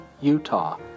Utah